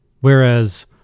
Whereas